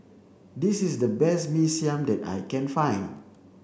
this is the best Mee Siam that I can find